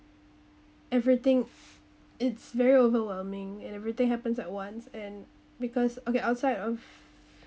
everything it's very overwhelming and everything happens at once and because okay outside of